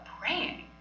praying